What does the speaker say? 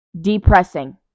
depressing